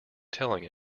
telling